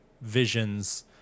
visions